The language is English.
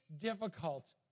difficult